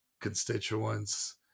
constituents